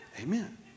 Amen